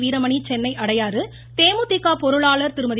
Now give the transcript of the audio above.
வீரமணி சென்னை அடையாறு தேமுதிக பொருளாளர் திருமதி